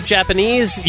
Japanese